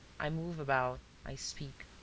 i move about, i speak,